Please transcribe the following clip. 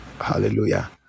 Hallelujah